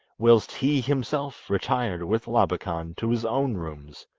whilst he himself retired with labakan to his own rooms,